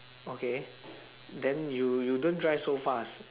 okay then you you don't drive so fast